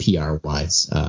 PR-wise